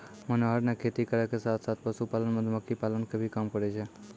मनोहर नॅ खेती करै के साथॅ साथॅ, पशुपालन, मधुमक्खी पालन के भी काम करै छै